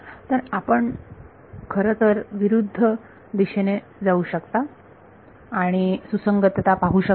तर आपण खरं तर विरुद्ध दिशेने जाऊ शकता आणि सुसंगतता पाहू शकता